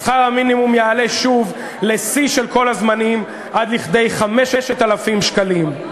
שכר המינימום יעלה שוב לשיא של כל הזמנים עד כדי 5,000 שקלים.